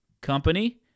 company